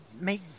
make